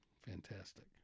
fantastic